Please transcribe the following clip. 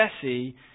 Jesse